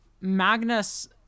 Magnus